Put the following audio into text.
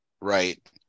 Right